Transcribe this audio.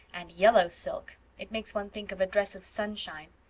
and yellow silk. it makes one think of a dress of sunshine.